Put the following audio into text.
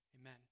Amen